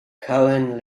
cohen